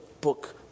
book